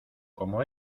como